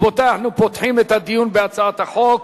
רבותי, אנחנו פותחים את הדיון בהצעת החוק.